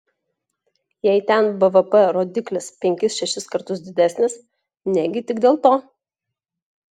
jei ten bvp rodiklis penkis šešis kartus didesnis negi tik dėl to